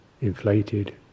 inflated